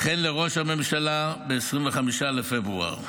וכן לראש הממשלה ב-25 בפברואר,